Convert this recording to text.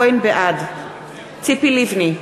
בעד ציפי לבני,